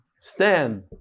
stand